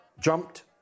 jumped